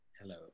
Hello